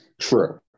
True